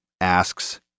asks